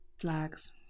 flags